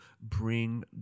bring